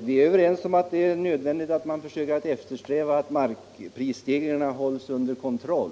Vi är överens om att det är nödvändigt att man eftersträvar att markprisstegringarna hålls under kontroll.